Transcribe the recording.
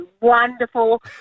wonderful